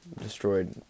destroyed